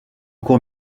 court